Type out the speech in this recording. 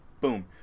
Boom